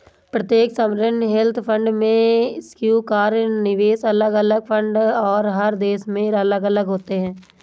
प्रत्येक sovereign wealth fund में स्वीकार्य निवेश अलग अलग फंड और हर देश में अलग अलग होते हैं